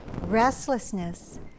Restlessness